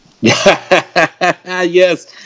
Yes